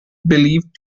believed